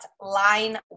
line